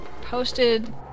posted